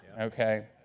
Okay